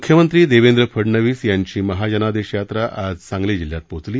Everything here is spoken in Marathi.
मुख्यमंत्री देवेंद्र फडणवीस यांची महाजनादेश यात्रा आज सांगली जिल्ह्यात पोहोचली